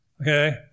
Okay